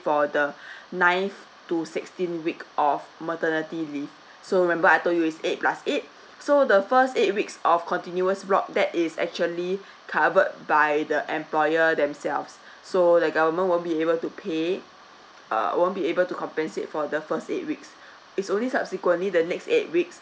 for the ninth to sixteenth week of maternity leave so remember I told you is eight plus eight so the first eight weeks of continuous block that is actually covered by the employer themselves so the government won't be able to pay err won't be able to compensate for the first eight weeks it's only subsequently the next eight weeks